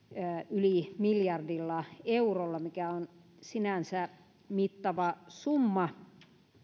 yli miljardilla eurolla mikä on sinänsä mittava summa